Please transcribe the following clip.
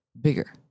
bigger